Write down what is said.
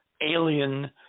alien